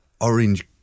orange